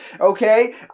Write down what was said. okay